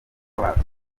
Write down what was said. wabyo